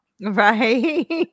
Right